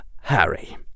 Harry